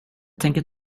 tänker